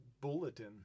bulletin